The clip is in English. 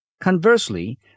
Conversely